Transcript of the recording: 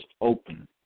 open